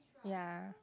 ya